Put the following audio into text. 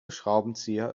schraubenzieher